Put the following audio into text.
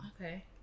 Okay